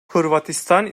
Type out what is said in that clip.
hırvatistan